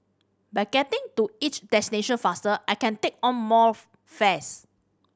by getting to each destination faster I can take on more fares